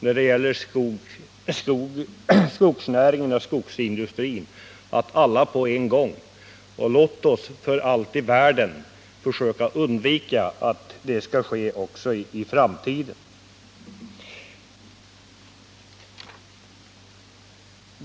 När det gäller skogsnäringen och skogsindustrin brukar man använda uttrycket ”alla på en gång” , men låt oss för allt i världen försöka undvika att arbeta efter den modellen också i framtiden.